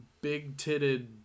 big-titted